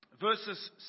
verses